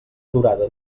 durada